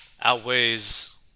outweighs